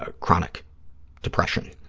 ah chronic depression.